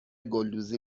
گلدوزی